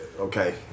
Okay